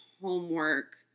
homework